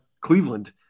Cleveland